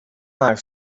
high